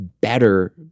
better